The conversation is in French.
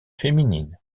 féminine